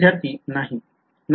विध्यार्थी नाही नाही